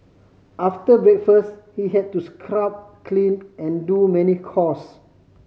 after breakfast he had to scrub clean and do many chores